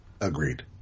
Agreed